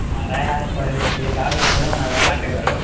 महाराज अस थोआढ़े रोजै दे गाह्क न थोह्ड़ा मता ते घट्ट करो